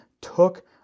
took